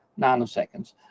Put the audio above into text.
nanoseconds